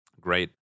Great